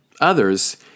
Others